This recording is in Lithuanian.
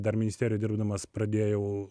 dar ministerijoj dirbdamas pradėjau